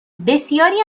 بسیاری